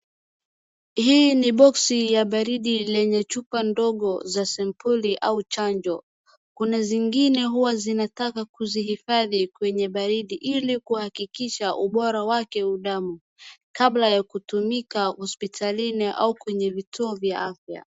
Hii ni boxi ya baridi lenye chupa ndogo za sampoli au chanjo. Kuna zingine huwa zinataka kuzihifadhi kwenye baridi ili kuhakikisha ubora wake wa udamu kabla ya kutumika hospitalini au kwenye vituo vya afya.